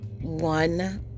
one